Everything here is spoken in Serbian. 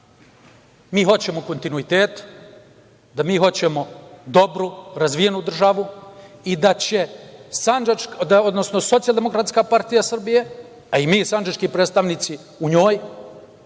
mi hoćemo kontinuitet, da mi hoćemo, dobru, razvijenu državu i da će Socijaldemokratska partija Srbije, a i mi, sandžački predstavnici u njoj,